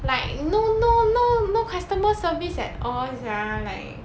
like no no no no customer service at all sia like